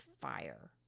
fire